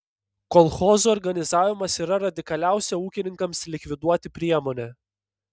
kolchozų organizavimas yra radikaliausia ūkininkams likviduoti priemonė